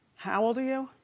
how old are you?